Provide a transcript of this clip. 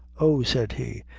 oh! said he,